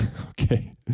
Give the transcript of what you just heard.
Okay